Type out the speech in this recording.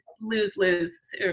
lose-lose